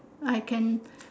I can